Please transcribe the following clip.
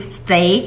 stay